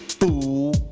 fool